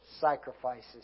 sacrifices